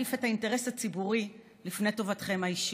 להעדיף את האינטרס הציבורי על פני טובתכם האישית.